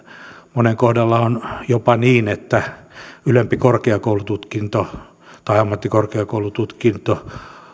monen kohdalla on jopa niin että ylempi korkeakoulututkinto tai ammattikorkeakoulututkinto